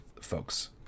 folks